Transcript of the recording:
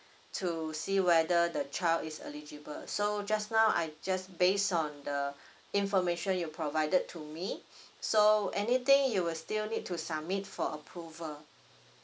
to see whether the child is eligible so just now I just based on the information you provided to me so anything you will still need to submit for approval